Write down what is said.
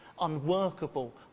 unworkable